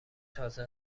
تازه